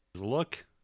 look